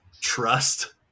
trust